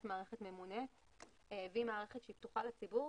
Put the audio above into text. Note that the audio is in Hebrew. מערכת ממונה והיא מערכת שהיא פתוחה לציבור.